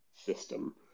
System